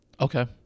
Okay